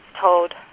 told